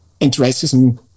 anti-racism